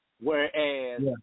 Whereas